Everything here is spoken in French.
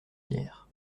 hier